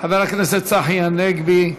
חבר הכנסת צחי הנגבי,